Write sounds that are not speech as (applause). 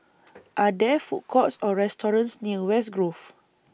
(noise) Are There Food Courts Or restaurants near West Grove